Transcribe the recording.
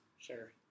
Sure